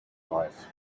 life